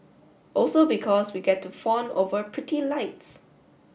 also because we get to fawn over pretty lights